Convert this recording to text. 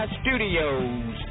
studios